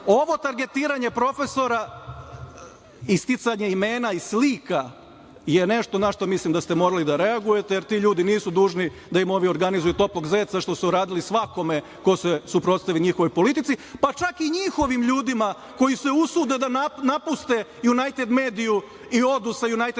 targetiranje profesora, isticanje imena i slika je nešto na šta mislim da ste morali da reagujete jer ti ljudi nisu dužni da im ovi organizuju toplog zeca što su radili svakome ko se suprotstavi njihovoj politici, pa čak i njihovim ljudima koji se usude da napuste „Junajted mediju“ i odu sa „Junajted medije“